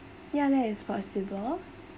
that is possible